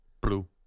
blue